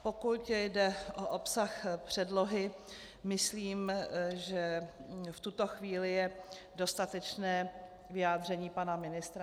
Pokud jde o obsah předlohy, myslím, že v tuto chvíli je dostatečné vyjádření pana ministra.